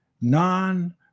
non